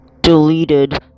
Deleted